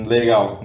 Legal